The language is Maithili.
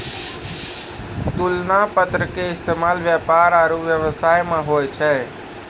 तुलना पत्र के इस्तेमाल व्यापार आरु व्यवसाय मे होय छै